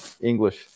English